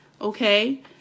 okay